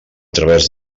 través